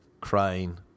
crying